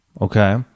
Okay